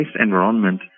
environment